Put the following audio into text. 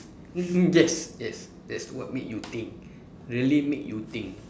mm mm yes yes yes what made you think really made you think